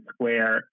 Square